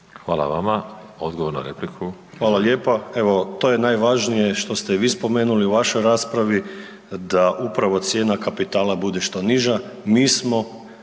**Jenkač, Siniša (HDZ)** Hvala lijepo. Evo to je najvažnije što ste i vi spomenuli u vašoj raspravi da upravo cijena kapitala bude što niža. Mi smo